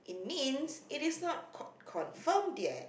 means it is not con~ confirm yet